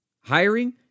Hiring